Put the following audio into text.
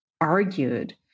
argued